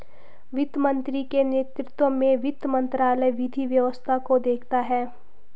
वित्त मंत्री के नेतृत्व में वित्त मंत्रालय विधि व्यवस्था को देखता है